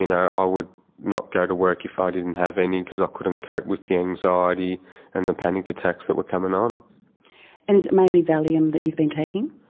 and i i would not go to work if i didn't have any because i couldn't cope with the anxiety and the panic attacks that were coming on. and is it mainly valium that you've been taking?